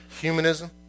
humanism